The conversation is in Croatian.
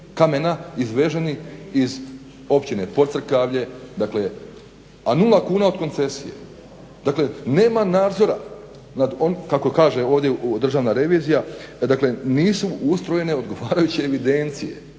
kamena izveženi iz Općine POdcrkavlje, dakle a nula kuna od koncesije. Dakle nema nadzora kako kaže ovdje Državna revizije, dakle nisu ustrojene odgovarajuće evidencije